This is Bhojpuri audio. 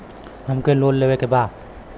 हमके लोन लेवे के बा?